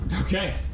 Okay